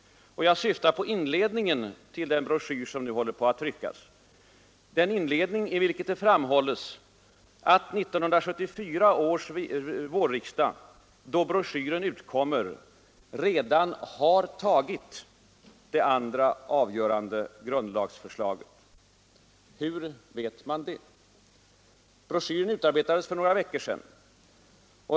Jag syftar på inledningen till den broschyr som nu håller på att tryckas, den inledning i vilken det framhålles att 1974 års vårriksdag då broschyren utkommer redan ”har tagit” det andra, avgörande grundlagsbeslutet. Hur vet man det? Broschyren utarbetades för några veckor sedan.